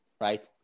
right